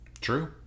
True